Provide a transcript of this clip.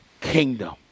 kingdom